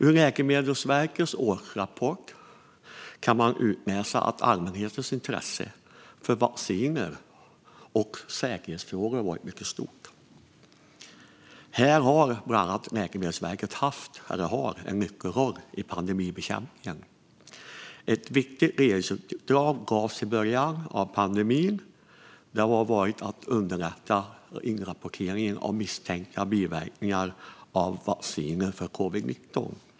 Ur Läkemedelsverkets årsrapport kan man utläsa att allmänhetens intresse för vacciner och säkerhetsfrågor har varit mycket stort. Här har bland annat Läkemedelsverket en nyckelroll i pandemibekämpningen. Ett viktigt regeringsuppdrag gavs i början av pandemin. Det har handlat om att underlätta inrapportering av misstänkta biverkningar av vacciner mot covid-19.